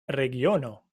regiono